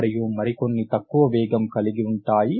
మరియు మరి కొన్ని తక్కువ వేగం కలిగి ఉంటాయి